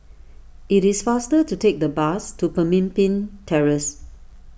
it is faster to take the bus to Pemimpin Terrace